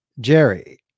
Jerry